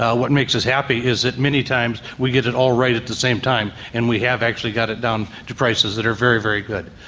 ah what makes us happy is that many times we get it all right at the same time, and we have actually got it down to prices that are very, very good.